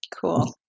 Cool